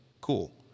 cool